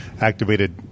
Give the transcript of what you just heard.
activated